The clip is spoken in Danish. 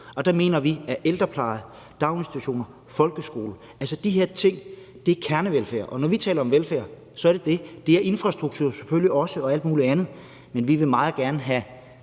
Og der mener vi, at ældreplejen, daginstitutionerne og folkeskolen er kernevelfærd, og når vi taler om velfærd, så er det det. Det er infrastrukturen og alt muligt andet selvfølgelig også. Men vi vil meget gerne have